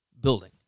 building